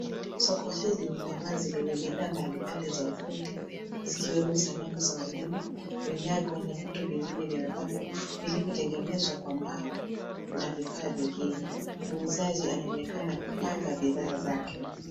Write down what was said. Soko hili ni la wazi lenye bidhaa mbalimbali za ufundi, zikiwemo sanamu za wanyama, vinyago na vitu vingine vya mapambo vilivyotengenezwa kwa mbao na vifaa vingine. Muuzaji anaonekana kupanga bidhaa zake.